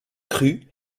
cru